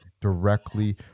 directly